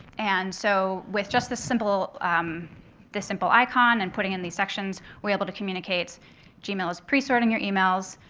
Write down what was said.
and so with just this simple this simple icon and putting in these sections, we're able to communicate gmail is presorting your emails.